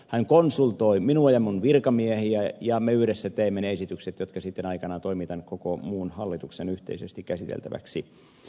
hän konsultoi minua ja minun virkamiehiäni ja me yhdessä teemme ne esitykset jotka sitten aikanaan toimitan koko muun hallituksen yhteisesti käsiteltäväksi